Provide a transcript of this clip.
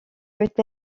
peut